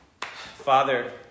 Father